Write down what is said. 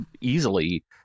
easily